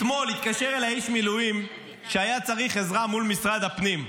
רק אתמול התקשר אליי איש מילואים שהיה צריך עזרה מול משרד הפנים.